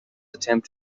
attempt